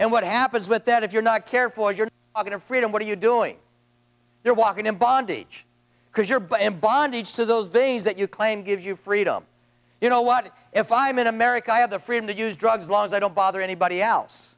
and what happens with that if you're not careful you're going to freedom what are you doing you're walking in bondage because your butt in bondage to those things that you claim gives you freedom you know what if i'm in america i have the freedom to use drugs laws i don't bother anybody else